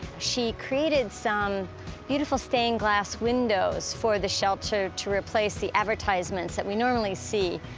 she created some beautiful stained glass windows for the shelter to replace the advertisements that we normally see.